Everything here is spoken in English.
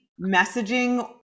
messaging